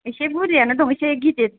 एसे बुरजायानो दं एसे गिदिर